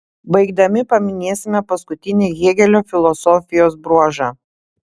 baigdami paminėsime paskutinį hėgelio filosofijos bruožą